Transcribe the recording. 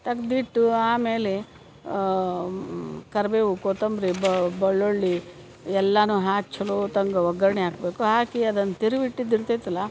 ತಗ್ದಿಟ್ಟು ಆಮ್ಯಾಲೆ ಕರಿಬೇವು ಕೋತಂಬರಿ ಬೆಳ್ಳುಳ್ಳಿ ಎಲ್ಲನು ಹಾಕಿ ಚಲೋತ್ತಂಗ ಒಗ್ಗರಣೆ ಹಾಕಬೇಕು ಹಾಕಿ ಅದನ್ನ ತಿರುವಿಟ್ಟಿದ ಇರ್ತೇತಲ್ಲ